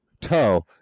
toe